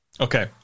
okay